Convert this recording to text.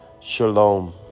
Shalom